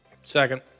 Second